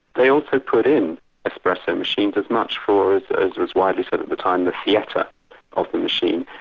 they also put in espresso machines, as much for, as was widely said at the time, the theatre of the machine,